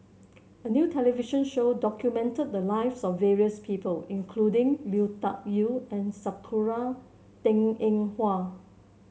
a new television show documented the lives of various people including Lui Tuck Yew and Sakura Teng Ying Hua